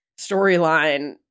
storyline